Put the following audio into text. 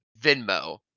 Venmo